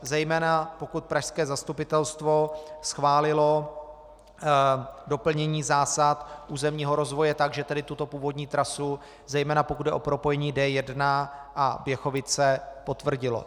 Zejména pokud pražské zastupitelstvo schválilo doplnění zásad územního rozvoje tak, že tady tuto původní trasu, zejména pokud jde o propojení D1 a Běchovice, potvrdilo.